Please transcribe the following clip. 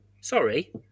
sorry